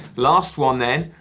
last one then.